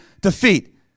defeat